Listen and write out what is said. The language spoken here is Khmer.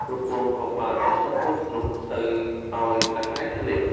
ប្រពន្ធក៏បានយកសំពត់នោះទៅឱ្យសហាយស្លៀក។